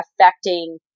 affecting